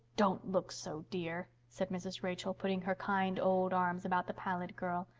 don't look so, dear, said mrs. rachel, putting her kind old arms about the pallid girl.